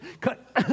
cut